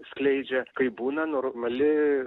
skleidžia kai būna normali